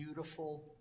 beautiful